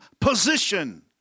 position